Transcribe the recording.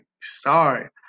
Sorry